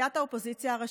סיעת האופוזיציה הראשית,